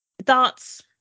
thoughts